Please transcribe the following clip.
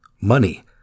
money